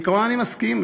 בעיקרון אני מסכים,